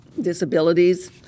disabilities